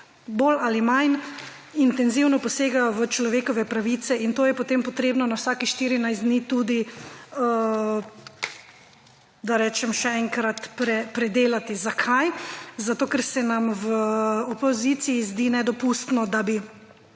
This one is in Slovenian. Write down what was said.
bolj ali manj intenzivno posegajo v človekove pravice. In to je potem potrebno na vsakih 14 dni tudi, da rečem, še enkrat predelati. Zakaj? Zato, ker se nam v opoziciji zdi nedopustno, da bi